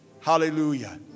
Hallelujah